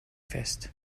fest